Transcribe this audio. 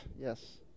Yes